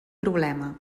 problema